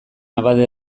abade